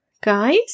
guys